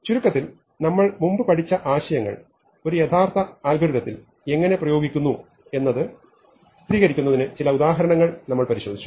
ചുരുക്കത്തിൽ നമ്മൾ മുമ്പ് പഠിച്ച ആശയങ്ങൾ ഒരു യഥാർത്ഥ അൽഗോരിതത്തിൽ എങ്ങനെ പ്രയോഗിക്കുന്നു എന്നത് ചിത്രീകരിക്കുന്നതിന് ചില ഉദാഹരണങ്ങൾ ഞങ്ങൾ പരിശോധിച്ചു